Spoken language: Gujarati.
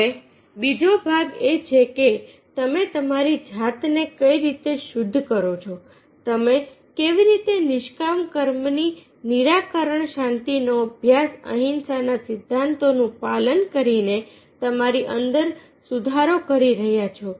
હવે બીજો ભાગ એ છે કે તમે તમારી જાતને કઈ રીતે શુદ્ધ કરો છો તમે કેવી રીતે નિષ્કામ કર્મની નિરાકરણ શાંતિનો અભ્યાસ અહિંસાનાં સિદ્ધાંતોનું પાલન કરીને તમારી અંદર સુધારો કરી રહ્યાં છો